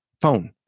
phone